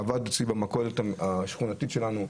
הוא עבד במכולת השכונתית שלנו,